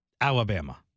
Alabama